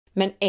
Men